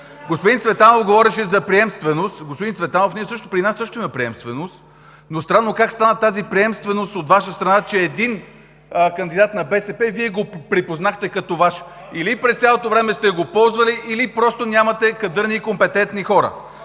Господин Цветанов, при нас също има приемственост, но странно как стана тази приемственост от Ваша страна, че един кандидат на БСП Вие го припознахте като Ваш? Или през цялото време сте го ползвали, или просто нямате кадърни и компетентни хора?!